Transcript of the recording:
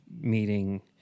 meeting